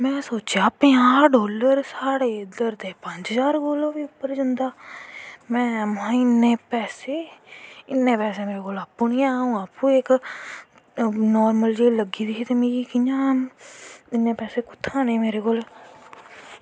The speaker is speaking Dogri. में सोचेआ पंज़ाह् डॉल्लर साढ़े इध्दर दे पंज ज्हार कोला दा बी उप्पर जंदा महां इन्नें पैसे इन्नें पैसे मेरे कोल आपैं नी हैन नार्मल जेही लग्गी दी ही ते मिगी कियां इन्नें पैसे कुत्थां दा आनें गहे मेरे कोल